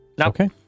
Okay